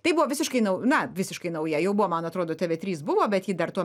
tai buvo visiškai nau na visiškai nauja jau buvo man atrodo tėvė trys buvo bet ji dar tuo